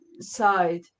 side